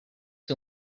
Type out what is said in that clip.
who